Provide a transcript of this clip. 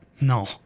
no